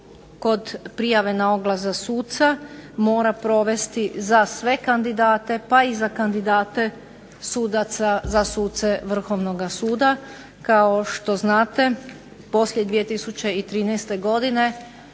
kod prijave na oglas za suca mora provesti za sve kandidate pa i za kandidate za suce Vrhovnog suda. Kao što znate, poslije 2013. godine